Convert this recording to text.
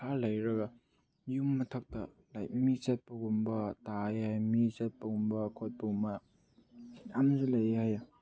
ꯈꯔ ꯂꯩꯔꯒ ꯌꯨꯝ ꯃꯊꯛꯇ ꯂꯥꯏꯛ ꯃꯤ ꯆꯠꯄꯒꯨꯝꯕ ꯇꯥꯏꯌꯦ ꯃꯤ ꯆꯠꯄꯒꯨꯝꯕ ꯈꯣꯠꯄꯒꯨꯝꯕ ꯌꯥꯝꯅꯁꯨ ꯂꯩꯌꯦ ꯍꯥꯏꯌꯦ